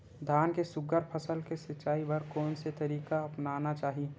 धान के सुघ्घर फसल के सिचाई बर कोन से तरीका अपनाना चाहि?